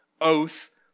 oath